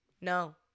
no